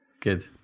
Good